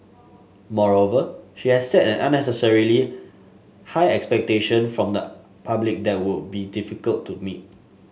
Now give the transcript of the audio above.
moreover she has set an unnecessarily high expectation from the public that would be difficult to meet